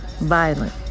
violent